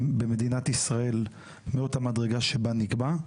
במדינת ישראל מאותה מדרגה שבה היא תיקבע.